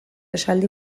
esaldi